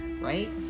right